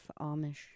Amish